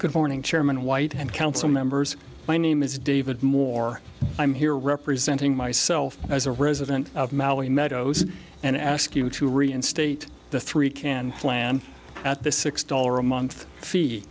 good morning chairman white and council members my name is david moore i'm here representing myself as a resident of maui meadows and i ask you to reinstate the three can plan at the six dollar a month fee